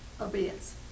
obedience